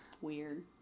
Weird